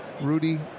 Rudy